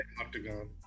Octagon